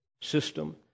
system